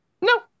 No